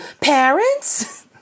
parents